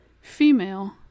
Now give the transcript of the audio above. female